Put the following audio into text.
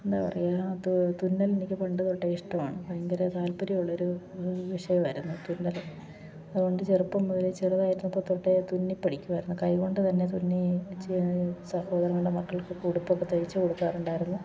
എന്താണ് പറയുക അത് തുന്നൽ എനിക്ക് പണ്ട് തൊട്ടേ ഇഷ്ടമാണ് ഭയങ്കര താല്പര്യമുള്ള ഒരു വിഷയമായിരുന്നു തുന്നൽ അതുകൊണ്ട് ചെറുപ്പം മുതൽ ചെറുതായിരുന്നപ്പോൾ തുന്നി പഠിക്കുമായിരുന്നു കൈ കൊണ്ട് തന്നെ തുന്നി സഹോദരൻ്റെ മക്കൾകൊക്കെ ഉടുപ്പൊക്കെ തയ്ച്ചു കൊടുക്കാറുണ്ടായിരുന്നു